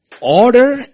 Order